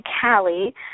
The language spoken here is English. Cali